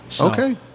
Okay